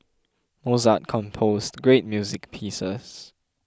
Mozart composed great music pieces